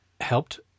helped